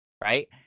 right